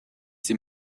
sie